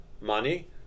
money